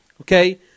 okay